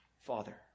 Father